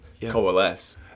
coalesce